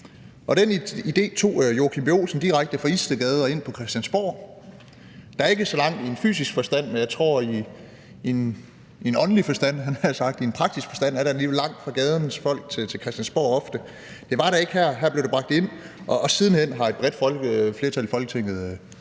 Den idé tog Joachim B. Olsen direkte fra Istedgade med ind på Christiansborg. Der er ikke så langt i fysisk forstand, men i åndelig forstand, havde jeg nær sagt, eller praktisk forstand tror jeg alligevel ofte der er langt fra gadens folk til Christiansborg. Det var der ikke her. Her blev det bragt ind, og siden hen har et bredt flertal i Folketinget taget